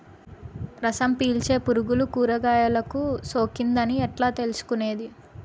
రసం పీల్చే పులుగులు కూరగాయలు కు సోకింది అని ఎట్లా తెలుసుకునేది?